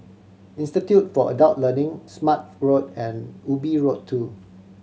Institute for Adult Learning Smart Road and Ubi Road Two